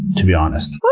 to be honest,